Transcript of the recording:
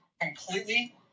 completely